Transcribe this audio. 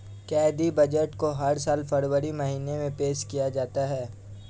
केंद्रीय बजट को हर साल फरवरी महीने में पेश किया जाता है